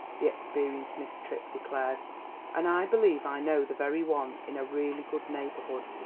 the experienced miss tripp declared and i believe i know the very one in a really good neighbourhood.